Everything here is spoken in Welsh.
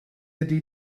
ydy